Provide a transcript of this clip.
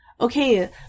okay